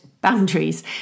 boundaries